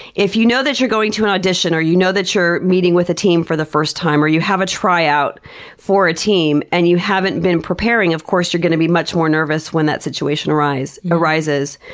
if you know that you're going to an audition or you know that you're meeting with a team for the first time or you have a try out for a team and you haven't been preparing, of course you're going to be much more nervous when that situation arises.